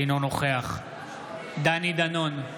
אינו נוכח דני דנון,